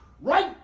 right